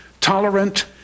tolerant